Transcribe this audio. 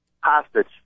Hostage